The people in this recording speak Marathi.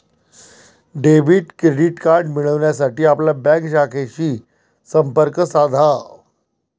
डेबिट क्रेडिट कार्ड मिळविण्यासाठी आपल्या बँक शाखेशी संपर्क साधा